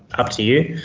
up to you.